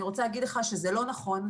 אני רוצה להגיד לך שזה לא נכון.